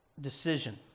decision